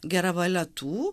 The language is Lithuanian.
gera valia tų